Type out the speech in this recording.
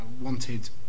wanted